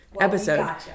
episode